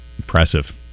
Impressive